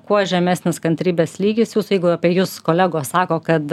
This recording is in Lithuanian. kuo žemesnis kantrybės lygis jūsų jeigu apie jus kolegos sako kad